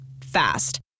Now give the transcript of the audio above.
Fast